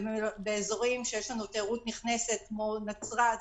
באזורים שיש לנו תיירות נכנסת כמו נצרת,